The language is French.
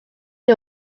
est